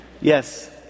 Yes